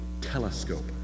telescope